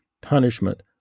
punishment